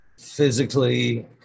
physically